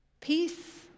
Peace